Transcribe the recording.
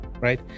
right